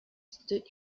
stood